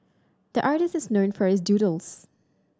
the artist is known for his doodles